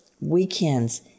weekends